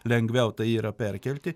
lengviau tai yra perkelti